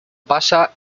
pasa